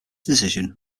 decision